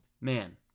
man